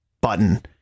button